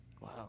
Wow